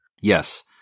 Yes